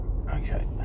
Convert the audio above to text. Okay